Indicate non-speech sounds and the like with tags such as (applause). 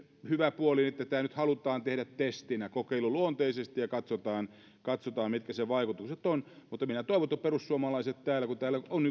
hyvä puoli että tätä nyt halutaan tehdä testinä kokeiluluonteisesti ja sitten katsotaan mitkä sen vaikutukset ovat mutta minä toivon että perussuomalaiset täällä on (unintelligible)